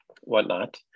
whatnot